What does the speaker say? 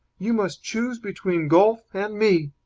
you must choose between golf and me.